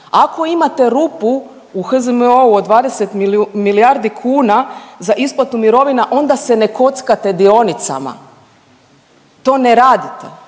Ako imate rupu u HZMO-u od 20 milijardi kuna za isplatu mirovina onda se ne kockate dionicama. To ne radite.